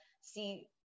see